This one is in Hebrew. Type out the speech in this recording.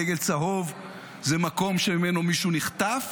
דגל צהוב זה מקום שממנו מישהו נחטף,